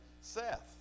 Seth